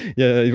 yeah,